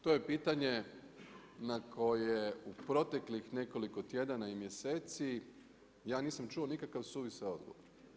To je pitanje na koje u proteklih nekoliko tjedan i mjeseci ja nisam čuo nikakav suvišan odgovor.